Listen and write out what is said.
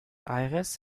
aires